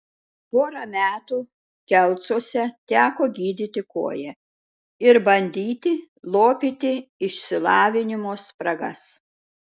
porą metų kelcuose teko gydyti koją ir bandyti lopyti išsilavinimo spragas